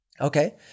okay